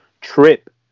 trip